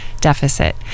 deficit